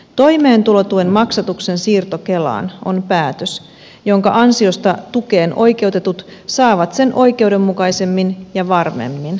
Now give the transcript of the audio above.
toimeentulotuen maksatuksen siirto kelaan on päätös jonka ansiosta tukeen oikeutetut saavat sen oikeudenmukaisemmin ja varmemmin